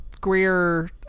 Greer